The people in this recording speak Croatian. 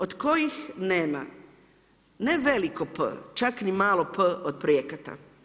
Od kojih nema ne veliko P, čak ni malo P od projekata.